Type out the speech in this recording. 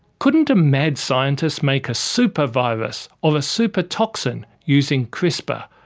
couldn't a mad scientist make a super-virus or a super toxin using crispr,